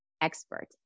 expert